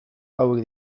hauek